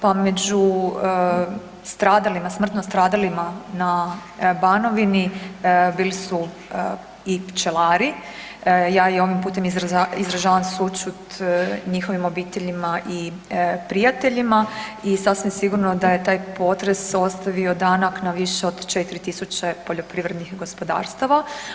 Pa među stradalima, smrtno stradalima na Banovini bili su i pčelari, ja i ovim putem izražavam sućut njihovim obiteljima i prijateljima i sasvim sigurno da je taj potres ostavio danak na više od 4.000 poljoprivrednih gospodarstava.